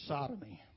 Sodomy